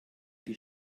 die